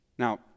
Now